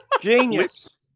Genius